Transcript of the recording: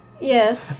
Yes